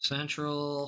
Central